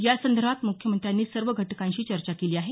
यासंदर्भात मुख्यमंत्र्यांनी सर्व घटकांशी चर्चा केली आहे